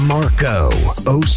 Marco